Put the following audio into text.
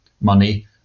money